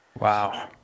Wow